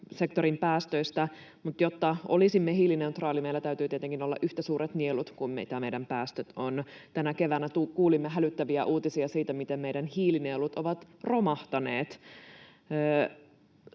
päästöistä, mutta jotta olisimme hiilineutraali, meillä täytyy tietenkin olla yhtä suuret nielut kuin mitä meidän päästöt ovat. Tänä keväänä kuulimme hälyttäviä uutisia siitä, miten meidän hiilinielut ovat romahtaneet.